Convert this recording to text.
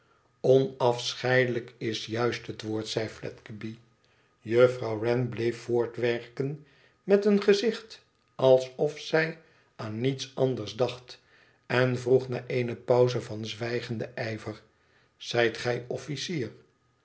onacheidelijk is juist het woord zei fledgeby juffi ouw wren bleef voortwerken met een gezicht alzof zij aan niets anders dacht en vroeg na eene pauze van zwijgenden ijver zijt gij officier